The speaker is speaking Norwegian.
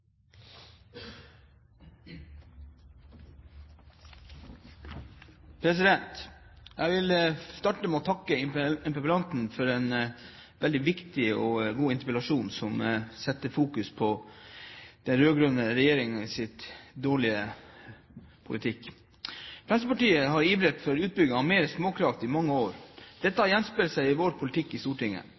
Jeg vil starte med å takke interpellanten for en veldig viktig og god interpellasjon, som setter fokus på den rød-grønne regjeringens dårlige politikk. Fremskrittspartiet har ivret for utbygging av mer småkraft i mange år. Dette har gjenspeilt seg i vår politikk i Stortinget.